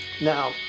Now